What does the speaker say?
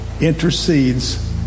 intercedes